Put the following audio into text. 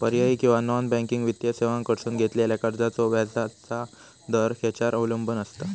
पर्यायी किंवा non banking वित्तीय सेवांकडसून घेतलेल्या कर्जाचो व्याजाचा दर खेच्यार अवलंबून आसता?